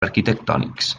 arquitectònics